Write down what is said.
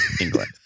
England